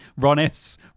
Ronis